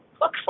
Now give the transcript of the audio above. look